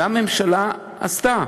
את זה הממשלה עשתה.